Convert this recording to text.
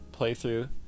playthrough